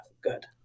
good